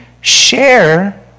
share